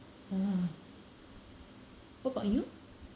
uh what about you